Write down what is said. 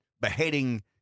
beheading